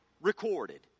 recorded